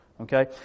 okay